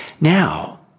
Now